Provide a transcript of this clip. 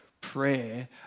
prayer